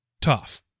tough